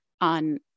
on